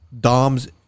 dom's